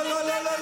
לא לא לא.